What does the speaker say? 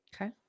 okay